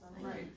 Right